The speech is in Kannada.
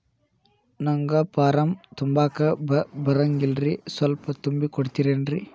ನಂಗ ಫಾರಂ ತುಂಬಾಕ ಬರಂಗಿಲ್ರಿ ಸ್ವಲ್ಪ ತುಂಬಿ ಕೊಡ್ತಿರೇನ್ರಿ?